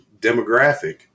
demographic